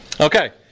Okay